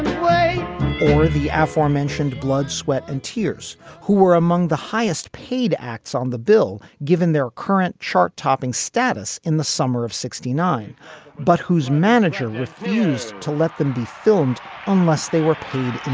or the aforementioned blood sweat and tears who were among the highest paid acts on the bill. given their current chart topping status in the summer of sixty nine but whose manager refused to let them be filmed unless they were paid